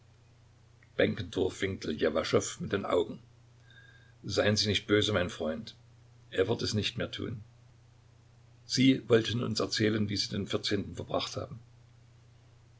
ljewaschow mit den augen seien sie nicht böse mein freund er wird es nicht mehr tun sie wollten uns erzählen wie sie den vierzehnten verbracht haben